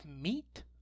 meat